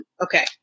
Okay